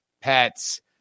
pets